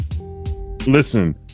listen